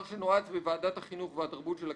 שנועץ בוועדת החינוך והתרבות של הכנסת,